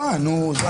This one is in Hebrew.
זאת ההרחבה, נו.